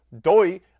Doi